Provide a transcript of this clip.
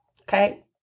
Okay